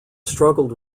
struggled